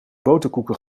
boterkoeken